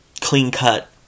clean-cut